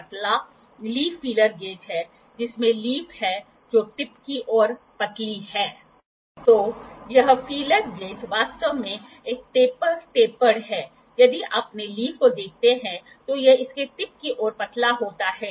autocollimator को precision alignment angular movement की परिणाम एंगल स्टैंडर्ड का वेरिफिकेशन और लंबी अवधि में एंगयुलर मॉनिटरिंग सहित विभिन्न प्रकार के अनुप्रयोग हैं जो ऑटोकॉलिमेटर द्वारा किए जा सकते हैं